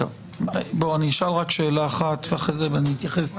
אני אשאל רק שאלה אחת ואחרי זה אני אתייחס בהרחבה.